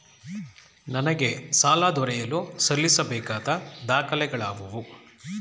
ನನಗೆ ಸಾಲ ದೊರೆಯಲು ಸಲ್ಲಿಸಬೇಕಾದ ದಾಖಲೆಗಳಾವವು?